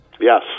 Yes